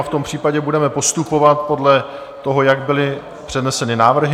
V tom případě budeme postupovat podle toho, jak byly předneseny návrhy.